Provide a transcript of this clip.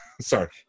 Sorry